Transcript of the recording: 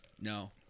No